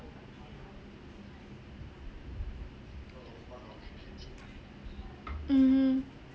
mmhmm